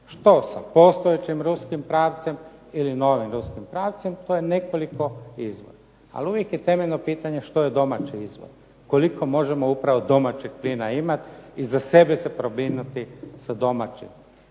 što sa postojećim ruskim pravcem ili novim ruskim pravcem to je nekoliko izvora. Ali uvijek je temeljno pitanje što je domaći izvor, koliko možemo upravo domaćeg plina imati i za sebe se pobrinuti sa domaćim